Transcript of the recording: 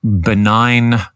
benign